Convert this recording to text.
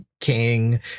king